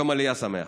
יום עלייה שמח.